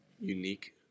unique